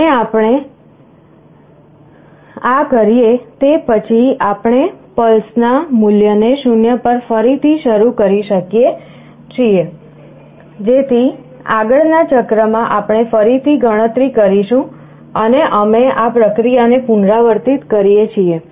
અને આપણે આ કરીએ તે પછી આપણે પલ્સ ના મૂલ્યને 0 પર ફરીથી શરૂ કરીએ છીએ જેથી આગળના ચક્રમાં આપણે ફરીથી ગણતરી કરીશું અને અમે આ પ્રક્રિયાને પુનરાવર્તિત કરીએ છીએ